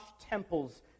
temples